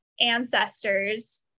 ancestors